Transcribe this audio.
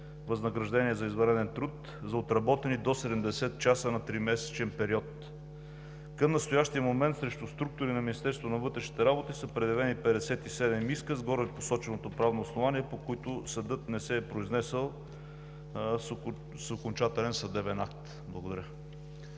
възнаграждения за извънреден труд за отработени до 70 часа на тримесечен период. Към настоящия момент срещу структури на Министерството на вътрешните работи са предявени 57 иска с горепосоченото правно основание, по които съдът не се е произнесъл с окончателен съдебен акт. Благодаря.